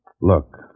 Look